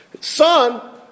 Son